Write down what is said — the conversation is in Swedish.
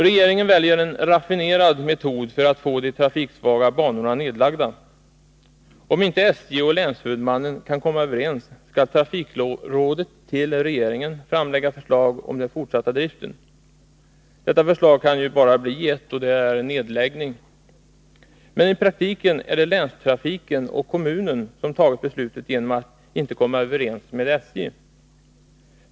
Regeringen väljer en raffinerad metod för att få de trafiksvaga banorna nedlagda. Om inte SJ och länshuvudmannen kan komma överens, skall trafikrådet till regeringen framlägga förslag om den fortsatta driften. Detta förslag kan ju bara bli ett: nedläggning. Men i praktiken är det länstrafiken och kommunen som har fattat beslutet genom att inte komma överens med SJ.